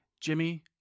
Jimmy